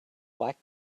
black